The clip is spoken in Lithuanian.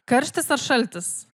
karštis ar šaltis